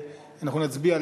אנחנו נצביע,